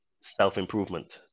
self-improvement